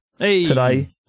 today